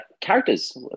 Characters